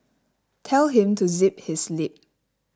tell him to zip his lip